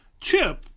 Chip